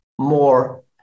more